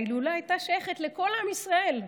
ההילולה הייתה שייכת לכל עם ישראל,